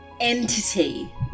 entity